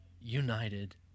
united